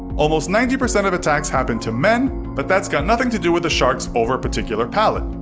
almost ninety percent of attacks happen to men, but that's got nothing to do with a shark's overparticular palate,